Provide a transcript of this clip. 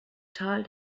tal